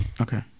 Okay